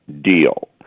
deal